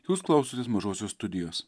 jūs klausotės mažosios studijos